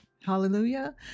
Hallelujah